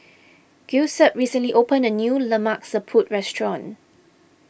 Giuseppe recently opened a new Lemak Siput restaurant